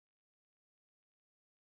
what about what about you